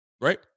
right